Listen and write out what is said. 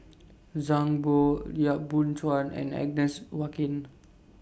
Zhang Bohe Yap Boon Chuan and Agnes Joaquim